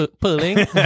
Pulling